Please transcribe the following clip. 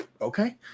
Okay